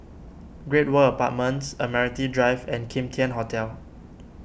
Great World Apartments Admiralty Drive and Kim Tian Hotel